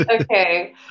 Okay